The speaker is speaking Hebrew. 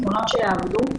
פתרונות שיעבדו.